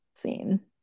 scene